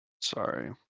Sorry